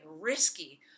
risky